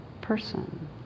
person